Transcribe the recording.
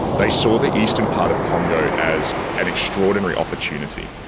they saw the eastern part of congo as an extraordinary opportunity.